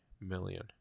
million